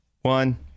one